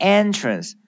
entrance